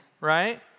Right